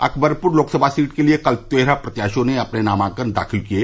Akbarpur Lok Sabha seat के लिये कल तेरह प्रत्याशियों ने अपने नामांकन दाखिल किये